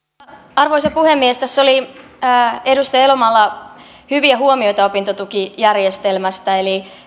arvoisa puhemies tässä oli edustaja elomaalla hyviä huomioita opintotukijärjestelmästä eli